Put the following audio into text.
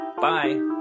Bye